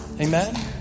Amen